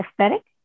aesthetic